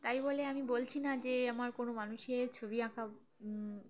তাই বলে আমি বলছি না যে আমার কোনো মানুষের ছবি আঁকা